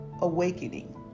awakening